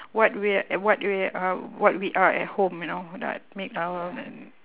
what we are eh what we are uh what we are at home you know like make our